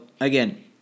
again